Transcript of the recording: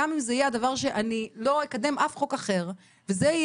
גם אם זה יהיה הדבר שאני לא אקדם אף חוק אחר וזה יהיה